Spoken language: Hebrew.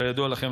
כידוע לכם,